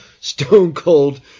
stone-cold